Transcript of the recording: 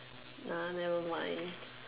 nah nevermind